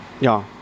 Ja